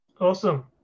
Awesome